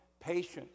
patience